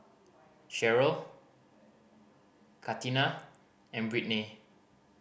Cherryl Katina and Brittnay